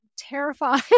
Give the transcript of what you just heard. terrified